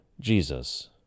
Jesus